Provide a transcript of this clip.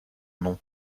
nom